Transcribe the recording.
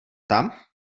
tam